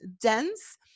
dense